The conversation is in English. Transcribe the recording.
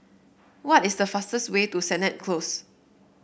what is the fastest way to Sennett Close